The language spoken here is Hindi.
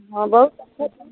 हाँ बहुत अच्छा